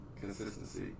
consistency